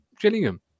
Gillingham